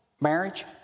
marriage